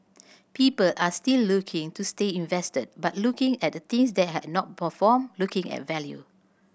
people are still looking to stay invested but looking at things that have not performed looking at value